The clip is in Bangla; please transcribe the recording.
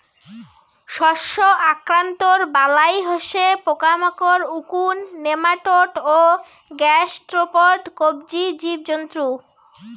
শস্য আক্রান্তর বালাই হসে পোকামাকড়, উকুন, নেমাটোড ও গ্যাসস্ট্রোপড কবচী জীবজন্তু